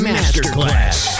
Masterclass